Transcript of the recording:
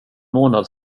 månad